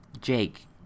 Jake